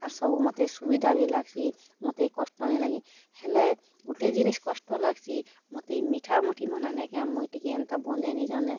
ଆରୁ ସବୁ ମୋତେ ସୁବିଧା ବି ଲାଗ୍ସି ମୋତେ କଷ୍ଟ ନାଇଁ ଲାଗେ ହେଲେ ଗୁଟେ ଜିନିଷ୍ କଷ୍ଟ ଲାଗ୍ସି ମୋତେ ମିଠା ମୁଠି ବନା ନେଇଁ କେଁ ମୁଇଁ ଟିକେ ଏନ୍ତା ବନେଇଁ ନେଇଁ ଜାନେ